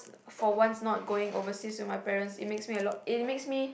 for once not going overseas with my parents it makes me a lot it makes me